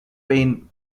pain